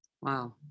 Wow